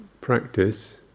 practice